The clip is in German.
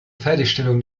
fertigstellung